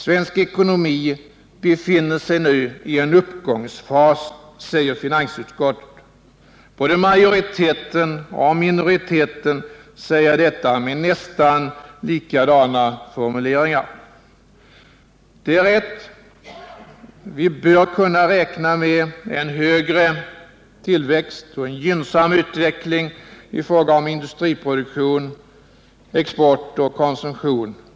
Svensk ekonomi befinner sig nu i en uppgångsfas, säger finansutskottet. Majoriteten och minoriteten i utskottet uttrycker detta med nästan likadana formuleringar. Det är rätt. Vi bör kunna räkna med en högre tillväxt och en gynnsam utveckling i fråga om industriproduktion, export och konsumtion.